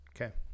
Okay